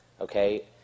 Okay